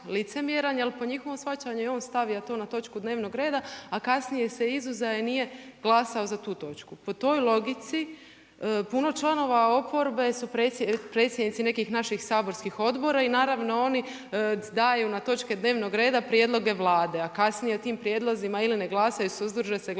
jer po njihovom shvaćanju je on stavio na točku dnevnog reda, a kasnije se izuzeo i nije glasao za tu točku. Po toj logici, puno članova oporbe su predsjednici nekih naših saborskih odbora i naravno, oni daju na točke dnevnog reda prijedloge Vlade, a kasnije o tim prijelazima ili ne glasuju, suzdrže se i glasaju